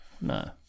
No